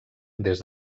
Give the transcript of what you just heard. des